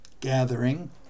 gathering